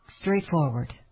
straightforward